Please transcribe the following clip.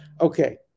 Okay